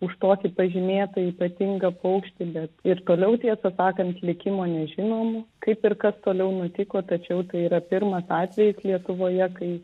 už tokį pažymėtą ypatingą paukštį bet ir toliau tiesą sakant likimo nežinom kaip ir kas toliau nutiko tačiau tai yra pirmas atvejis lietuvoje kai